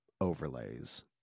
overlays